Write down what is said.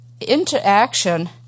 interaction